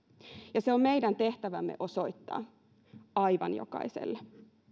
ja se on meidän tehtävämme osoittaa aivan jokaiselle